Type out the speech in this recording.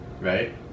right